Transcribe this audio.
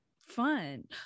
Fun